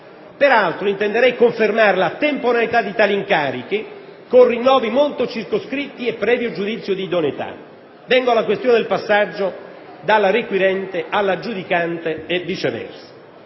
peraltro intenderei confermare la temporaneità di tali incarichi con rinnovi molto circoscritti e previo giudizio di idoneità. Vengo alla questione del passaggio dalla requirente alla giudicante e viceversa.